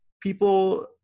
people